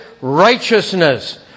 righteousness